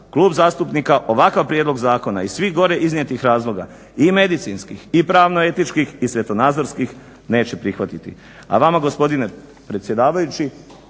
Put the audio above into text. Klub zastupnika HDSSB-a ovakav prijedlog zakona iz svih gore iznijetih razloga i medicinskih i pravno-etičkih i svjetonazorskih neće prihvatiti. A vama gospodine predsjedavajući